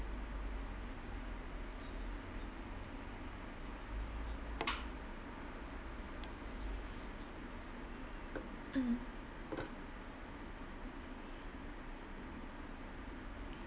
mm